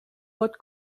pot